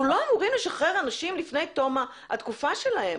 אנחנו לא אמורים לשחרר אנשים לפני תום התקופה שלהם,